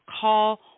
Call